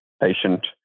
patient